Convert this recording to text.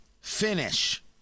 Finish